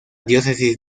diócesis